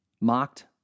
mocked